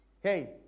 hey